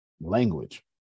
language